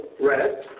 red